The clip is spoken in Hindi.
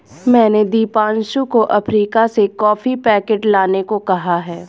मैंने दीपांशु को अफ्रीका से कॉफी पैकेट लाने को कहा है